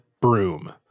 broom